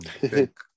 big